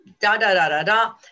da-da-da-da-da